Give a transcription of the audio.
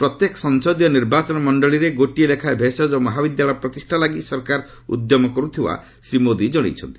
ପ୍ରତ୍ୟେକ ସଂସଦୀୟ ନିର୍ବାଚନ ମଣ୍ଡଳୀରେ ଗୋଟିଏ ଲେଖାଏଁ ଭେଷଜ ମହାବିଦ୍ୟାଳୟ ପ୍ରତିଷ୍ଠା ଲାଗି ସରକାର ଉଦ୍ୟମ କରୁଥିବା ଶ୍ରୀ ମୋଦି ଜଣାଇଛନ୍ତି